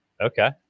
Okay